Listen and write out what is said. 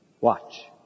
Watch